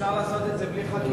שאפשר לעשות את זה בלי חקיקה.